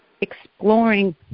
exploring